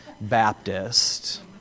Baptist